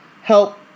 Help